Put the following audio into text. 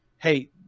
Hey